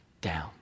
down